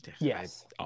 Yes